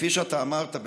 כפי שאמרת,